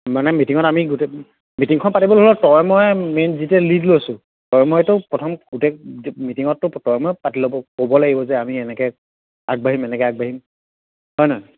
মানে মিটিঙত আমি গোটেই মিটিংখন পাতিবলৈ হ'লেও তয়ে ময়ে মেইন যেতিয়া লীড লৈছোঁ তই ময়েতো প্ৰথম গোটেই মিটিঙতটো তয়ে ময়ে পাতি ল'ব ক'ব লাগিব যে আমি এনেকে আগবাঢ়িম এনেকে আগবাঢ়িম হয় নে নহয়